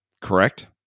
correct